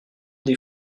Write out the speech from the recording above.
des